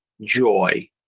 joy